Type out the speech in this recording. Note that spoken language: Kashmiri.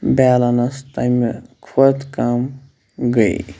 بیلینس تَمہِ کھۄتہٕ کم گٔے